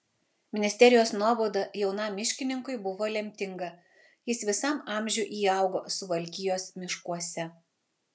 ministerijos nuobauda jaunam miškininkui buvo lemtinga jis visam amžiui įaugo suvalkijos miškuose